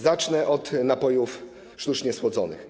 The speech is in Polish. Zacznę od napojów sztucznie słodzonych.